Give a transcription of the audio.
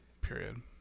Period